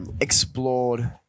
explored